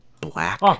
black